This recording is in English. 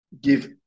give